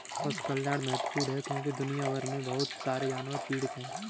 पशु कल्याण महत्वपूर्ण है क्योंकि दुनिया भर में बहुत सारे जानवर पीड़ित हैं